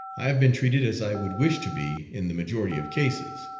i have been treated as i would wish to be in the majority of cases.